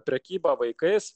prekybą vaikais